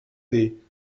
dir